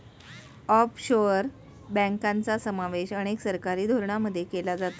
offshore बँकांचा समावेश अनेक सरकारी धोरणांमध्ये केला जातो